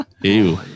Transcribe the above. Ew